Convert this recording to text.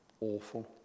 awful